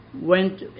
went